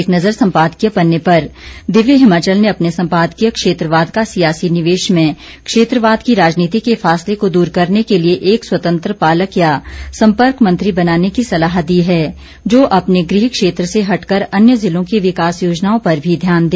एक नज़र सम्पादकीय पन्ने पर दिव्य हिमाचल ने अपने सम्पादकीय क्षेत्रवाद का सियासी निवेश में क्षेत्रवाद की राजनीति के फासले को दूर करने के लिये एक स्वतंत्र पालक या सम्पर्क मंत्री बनाने की सलाह दी है जो अपने गृह क्षेत्र से हटकर अन्य जिलों की विकास योजनाओं पर भी ध्यान दे